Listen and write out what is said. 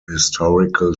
historical